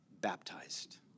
baptized